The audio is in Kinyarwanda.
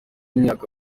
imyaka